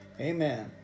Amen